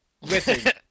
Listen